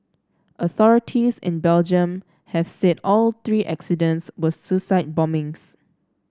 authorities in Belgium have said all three incidents were suicide bombings